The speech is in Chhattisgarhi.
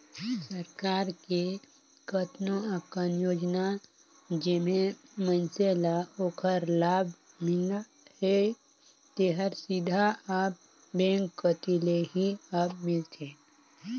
सरकार के कतनो अकन योजना जेम्हें मइनसे ल ओखर लाभ मिलना हे तेहर सीधा अब बेंक कति ले ही अब मिलथे